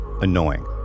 annoying